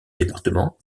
département